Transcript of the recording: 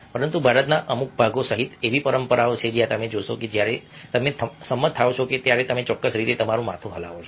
પરંતુ ભારતના અમુક ભાગો સહિત એવી પરંપરાઓ છે જ્યાં તમે જોશો કે જ્યારે તમે સંમત થાઓ છો ત્યારે તમે ચોક્કસ રીતે તમારું માથું હલાવો છો